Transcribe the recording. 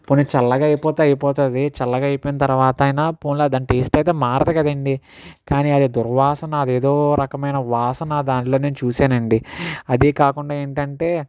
పోనీ చల్లగా అయిపోతే అయిపోతుంది చల్లగా అయిపోయిన తర్వాత అయినా పోనీలే దాని టేస్ట్ అయితే మారదు కదా అండి కానీ అది దుర్వాసన అది ఏదో రకమైన వాసన దానిలో నేను చూశానండి అదే కాకుండా ఏమిటి అంటే